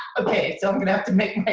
okay so i'm gonna have to make